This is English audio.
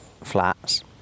flats